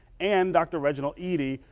and dr. reginald eadie,